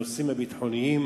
הנושאים הביטחוניים,